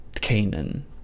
Canaan